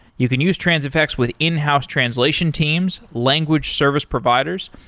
you can use transifex with in-house translation teams, language service providers.